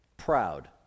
Proud